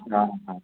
हाँ हाँ